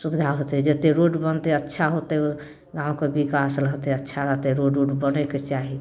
सुविधा होतै जतेक रोड बनतै अच्छा होतै गामके विकास रहतै अच्छा रहतै रोड उड बनैके चाही